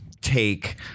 take